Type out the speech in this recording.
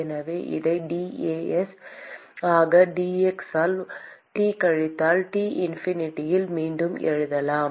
எனவே இதை dAs ஆக dx ஆல் T கழித்தல் T இன்ஃபினிட்டியில் மீண்டும் எழுதலாம்